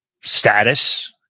status